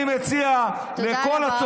תודה רבה,